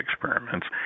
experiments